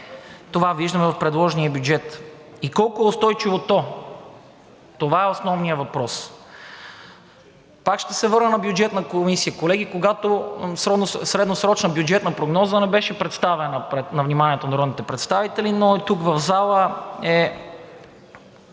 това виждаме в предложения бюджет. И колко е устойчиво то, това е основният въпрос. Пак ще се върна в Бюджетната комисия, колеги, когато средносрочната бюджетна прогноза не беше представена на вниманието на народните представители. Тук в залата